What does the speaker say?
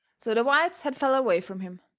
so the whites had fell away from him,